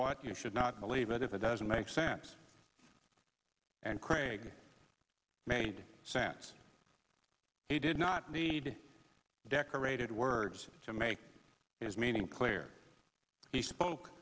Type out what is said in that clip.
what you should not believe it if it doesn't make sense and craig made sense he did not need a decorated words to make his meaning clear he spoke